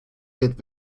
get